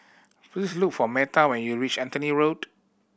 please look for Metha when you reach Anthony Road